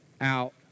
out